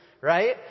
right